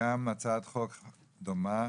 הצעת חוק דומה,